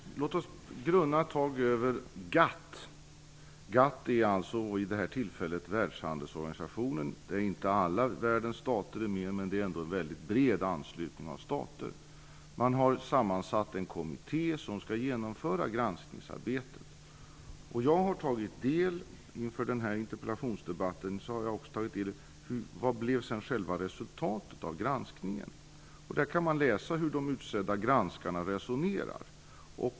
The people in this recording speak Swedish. Fru talman! Låt oss grunna ett tag över GATT, numera Världshandelsorganisationen, som inte alla världens stater är med i men som ändå har en mycket bred anslutning av stater. Man har i GATT sammansatt en kommitté som skall genomföra granskningsarbetet. Jag har inför den här interpellationsdebatten tagit del av resultatet av denna granskning. Man kan där läsa hur de utsedda granskarna resonerar.